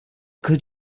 could